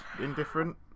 indifferent